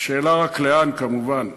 השאלה רק לאן, כמובן.